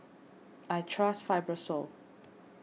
I trust Fibrosol